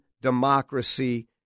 democracy